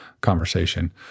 conversation